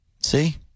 See